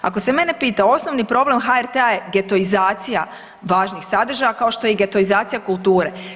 Ako se mene pita, osnovni problem HRT-a je getoizacija važnih sadržaja kao što je i getoizacija kulture.